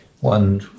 one